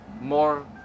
more